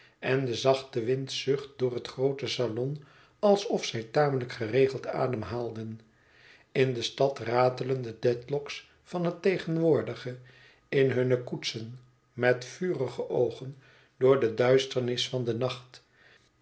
en dé zachte wind zucht door het groote salon alsof zij tamelijk geregeld ademhaalden in de stad ratelen de dedlock's van het tegenwoordige in hunne koetsen met vurige oogen door de duisternis van den nacht